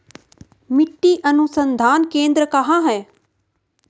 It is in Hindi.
मिट्टी अनुसंधान केंद्र कहाँ है?